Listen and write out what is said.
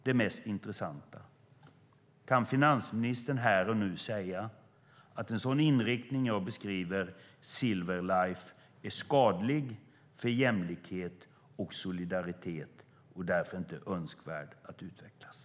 Den mest intressanta frågeställningen är: Kan finansministern här och nu säga att en sådan inriktning som jag beskriver - Silver Life - är skadlig för jämlikhet och solidaritet och därför inte en önskvärd utveckling?